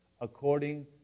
according